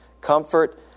Comfort